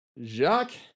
Jacques